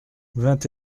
vingt